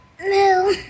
No